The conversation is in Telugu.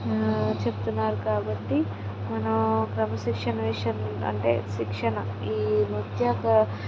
చెప్తున్నారు కాబట్టి మనం క్రమశిక్షణ విషయం అంటే శిక్షణ ఈ నృత్యక